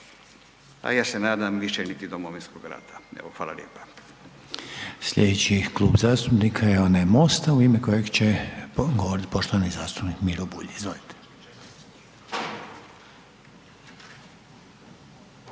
a ja se nadam više niti Domovinskog rata. Hvala lijepa.